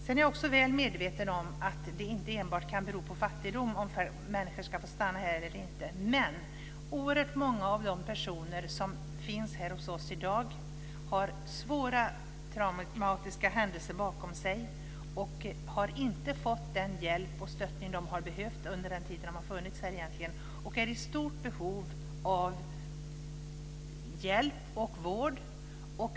Jag är också väl medveten om att det inte enbart kan bero på fattigdom om människor ska få stanna här eller inte. Men oerhört många av de personer som finns här hos oss i dag har svåra traumatiska händelser bakom sig. De har inte fått den hjälp och stöttning de har behövt under den tid de har funnits här, och de är i stort behov av hjälp och vård.